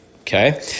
okay